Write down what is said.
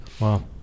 Wow